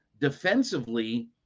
defensively